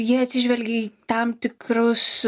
jie atsižvelgia į tam tikrus